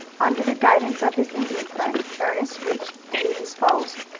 under the guidance of his indian friend ernest reached lee's falls.